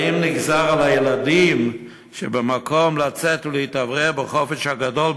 האם נגזר על הילדים במקום לצאת ולהתאוורר בחופש הגדול,